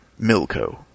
Milko